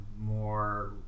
more